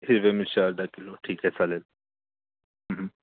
हिरव्या मिरच्या अर्धा किलो ठीक आहे चालेल